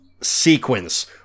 sequence